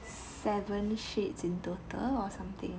seven shades in total or something